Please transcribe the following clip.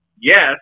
yes